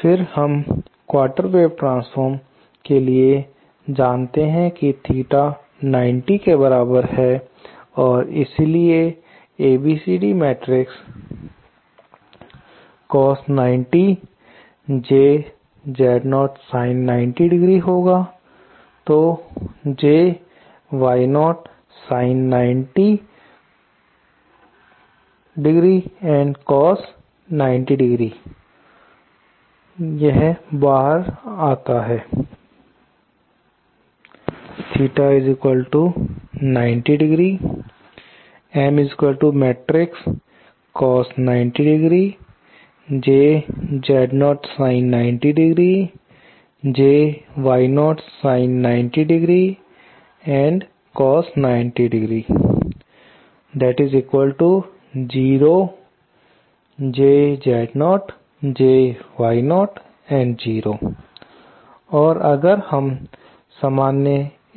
फिर हम quarter wave transform के लिए जानते हैं की थीटा 90° के बराबर है और इसलिए ABCD matrix cos 90 J Z0 sin 90° होगा तो JY0 sin 90° cos 90° और यह बाहर निकलता है और अगर हम सामान्य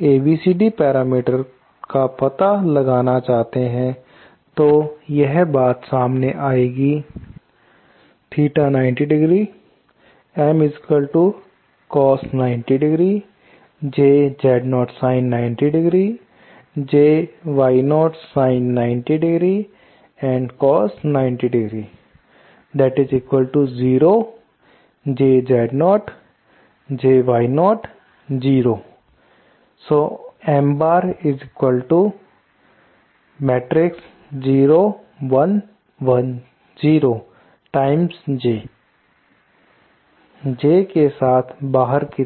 ABCD पैरामीटर्स का पता लगाना चाहते हैं तो यह बात सामने आएगी J के साथ बाहर की तरफ